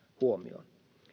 huomioon